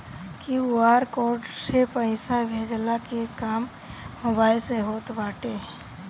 QR code से पईसा भेजला के काम मोबाइल से होत बाटे